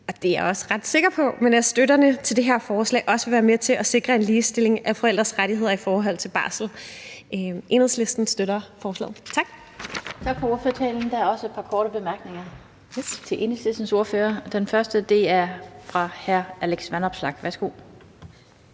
det er jeg også ret sikker på – at støtterne af det her forslag også vil være med til at sikre en ligestilling af forældres rettigheder i forhold til barsel. Enhedslisten støtter forslaget. Tak.